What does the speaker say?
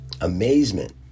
amazement